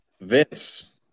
Vince